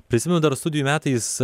prisimenu dar studijų metais